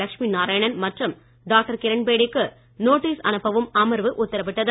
லட்சுமி நாராயணன் மற்றும் டாக்டர் கிரண்பேடிக்கு நோட்டீஸ் அனுப்பவும் அமர்வு உத்தரவிட்டது